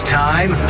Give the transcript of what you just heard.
time